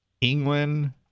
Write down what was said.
England